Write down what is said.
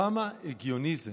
כמה הגיוני זה?